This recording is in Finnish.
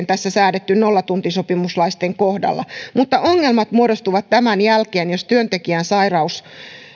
tässä säädetty nollatuntisopimuslaisten kohdalla mutta ongelmat muodostuvat tämän jälkeen jos työntekijän sairaus